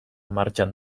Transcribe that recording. martxan